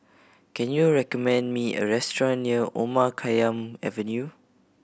can you recommend me a restaurant near Omar Khayyam Avenue